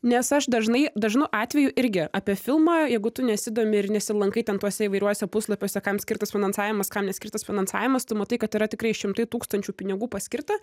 nes aš dažnai dažnu atveju irgi apie filmą jeigu tu nesidomi ir nesilankai ten tuose įvairiuose puslapiuose kam skirtas finansavimas kam neskirtas finansavimas tu matai kad yra tikrai šimtai tūkstančių pinigų paskirta